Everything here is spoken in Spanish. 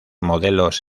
modelos